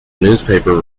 newspaper